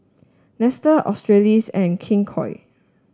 Nestle Australis and King Koil